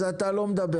אז אתה לא מדבר עכשיו.